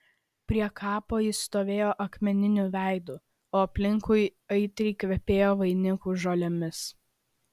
prie kapo jis stovėjo akmeniniu veidu o aplinkui aitriai kvepėjo vainikų žolėmis